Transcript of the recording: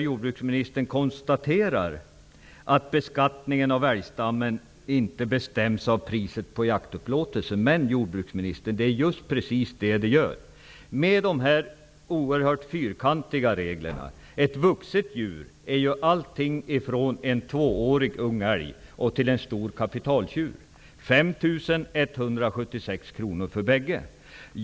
Jordbruksministern konstaterar där att beskattningen av älgstammen inte bestäms av priset på jaktupplåtelse. Men det är precis vad den gör, jordbruksministern! Reglerna är ju oerhört fyrkantiga -- ett vuxet djur kan vara alltifrån en tvåårig, ung älg till en stor kapitaltjur. Båda kostar 5 176 kr.